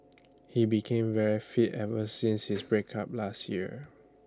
he became very fit ever since his break up last year